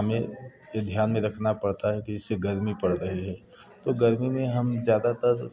हमें ये ध्यान में रखना पड़ता है कि जैसे गर्मी पड़ रही है तो गर्मी में हम ज़्यादातर